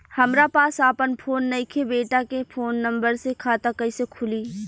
हमरा पास आपन फोन नईखे बेटा के फोन नंबर से खाता कइसे खुली?